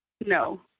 No